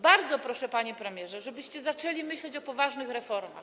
Bardzo proszę, panie premierze, żebyście zaczęli myśleć o poważnych reformach.